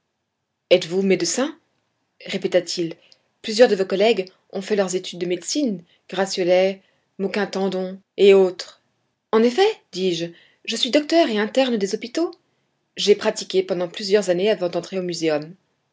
etes-vous médecin répéta-t-il plusieurs de vos collègues ont fait leurs études de médecine gratiolet moquin tandon et autres en effet dis-je je suis docteur et interne des hôpitaux j'ai pratiqué pendant plusieurs années avant d'entrer au muséum